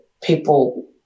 people